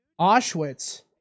Auschwitz